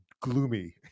gloomy